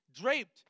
draped